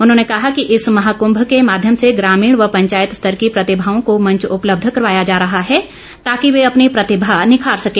उन्होंने कहा कि इस महाक्भ के माध्यम से ग्रामीण व पंचायत स्तर की प्रतिभाओं को मंच उपलब्ध करवाया जा रहा है ताकि वे अपनी प्रतिभा निखार सके